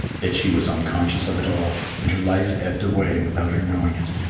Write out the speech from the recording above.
yet she was unconscious of it all, and her life ebbed away without her knowing it.